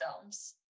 films